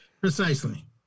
Precisely